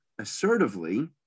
assertively